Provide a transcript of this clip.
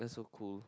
that's so cool